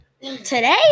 Today